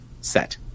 set